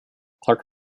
clark